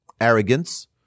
arrogance